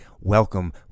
Welcome